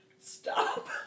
stop